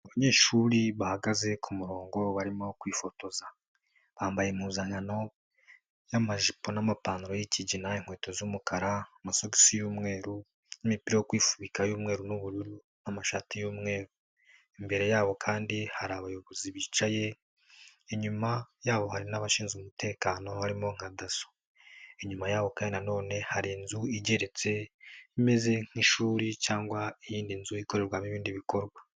Abanyeshuri bahagaze ku murongo barimo kwifotoza. Bambaye impuzankanto y'amajipo n'amapantaro y'ikigina, inkweto z'umukara, amasogisi y'umweru, imipira yo kwifubika y'umweru n'ubururu n'amashati y'umweru. Imbere yabo kandi hari abayobozi bicaye, inyuma yaho hari n'abashinzwe umutekano barimo nka Daso. Inyuma yaho kandi na none hari inzu igeretse imeze nk'ishuri cyangwa iyindi nzu ikorerwamo ibindi bikorwa.